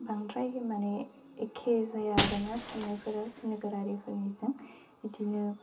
बांद्राय माने एखे जाया आरो ना साननायफोरा नोगोरारिफोरनिजों इदिनो